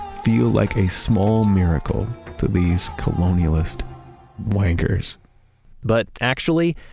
feel like a small miracle to these colonialist wankers but actually,